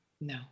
No